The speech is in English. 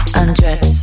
undress